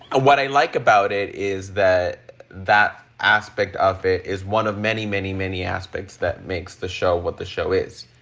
what i like about it is that that aspect of it is one of many, many, many aspects that makes the show what the show is.